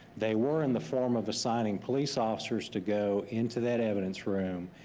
they were in the form of assigning police officers to go into that evidence room,